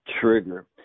trigger